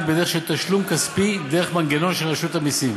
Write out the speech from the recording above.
בדרך של תשלום כספי דרך המנגנון של רשות המסים.